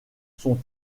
sont